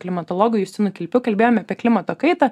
klimatologu justinu kilpiu kalbėjome apie klimato kaitą